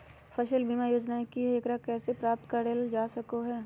फसल बीमा योजना की हय आ एकरा कैसे प्राप्त करल जा सकों हय?